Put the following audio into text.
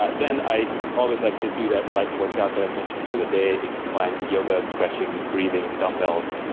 but then i always like to do that light workout that i mentioned during the day. it combines yoga, stretching, breathing, dumbbells.